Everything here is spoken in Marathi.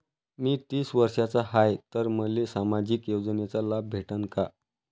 मी तीस वर्षाचा हाय तर मले सामाजिक योजनेचा लाभ भेटन का?